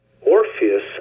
Orpheus